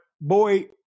boy